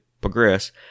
progress